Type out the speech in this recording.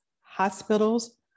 hospitals